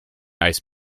ice